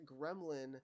gremlin